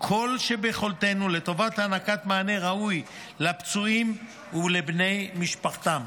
כל שביכולתנו לטובת הענקת מענה ראוי לפצועים ולבני משפחתם.